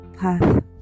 path